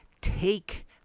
take